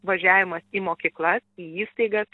važiavimas į mokyklas į įstaigas